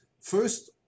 First